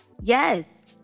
Yes